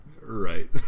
Right